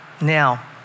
Now